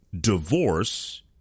divorce